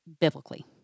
biblically